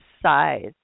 size